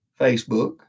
Facebook